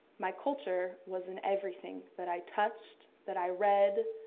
my culture was in everything that i touched, that i read,